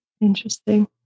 Interesting